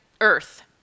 Earth